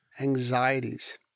anxieties